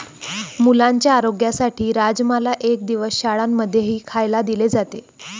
मुलांच्या आरोग्यासाठी राजमाला एक दिवस शाळां मध्येही खायला दिले जाते